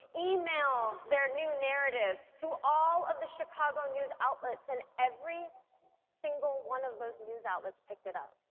email their new narrative to all of the chicago news outlets and every single one of those news outlets picked it up.